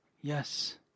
Yes